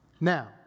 Now